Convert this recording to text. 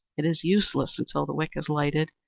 it is useless until the wick is lighted.